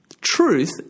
truth